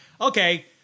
Okay